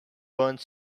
one